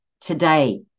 today